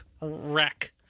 wreck